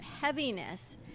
heaviness